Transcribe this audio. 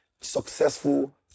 successful